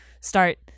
start